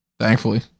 Thankfully